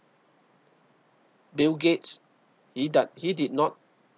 bill gates he do~ he did not